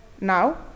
Now